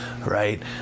right